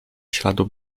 śladu